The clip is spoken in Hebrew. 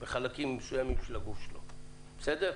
בחלקים מסוימים של הגוף שלו, בסדר?